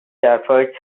efforts